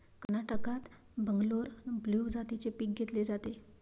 कर्नाटकात बंगलोर ब्लू जातीचे पीक घेतले जाते